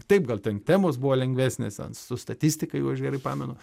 taip gal ten temos buvo lengvesnės ten su statistika jau aš gerai pamenu